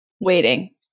waiting